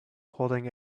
holding